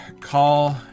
call